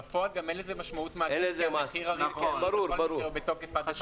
בפועל אין לזה גם משמעות מעשית כי המחיר בכל מקרה בתוקף עד החגים.